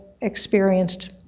experienced